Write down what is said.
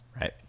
Right